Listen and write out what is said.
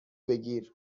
بگیر